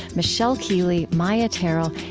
michelle keeley, maia tarrell,